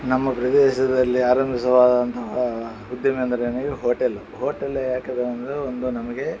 ನಮ್ಮ ಪ್ರದೇಶದಲ್ಲಿ ಆರಂಭಿಸುವಾದಂತಹ ಉದ್ದಿಮೆ ಅಂದರೆಯೇ ಹೋಟೆಲ್ ಹೋಟೆಲ್ಲೇ ಯಾಕದು ಅಂದರೆ ಒಂದು ನಮಗೆ